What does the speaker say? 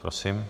Prosím.